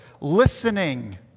listening